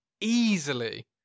easily